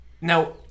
Now